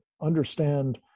understand